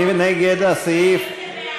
מי נגד הסעיף?